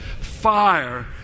fire